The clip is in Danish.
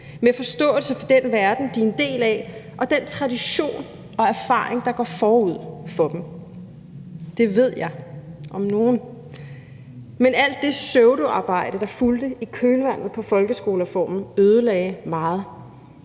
med forståelse for den verden, de er en del af, og den tradition og erfaring, der går forud for dem; det ved jeg om nogen. Men alt det pseudoarbejde, der fulgte i kølvandet på folkeskolereformen, ødelagde meget.